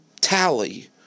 Tally